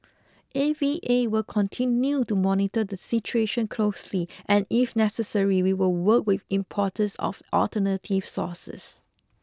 A V A will continue to monitor the situation closely and if necessary we will work with importers of alternative sources